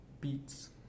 Beats